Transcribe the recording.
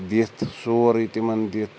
دِتھ سورُے تِمَن دِتھ